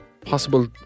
possible